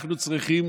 אנחנו צריכים,